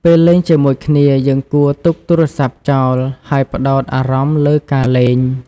ពេលលេងជាមួយគ្នា យើងគួរទុកទូរសព្ទចោល ហើយផ្ដោតអារម្មណ៍លើការលេង។